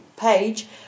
page